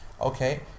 Okay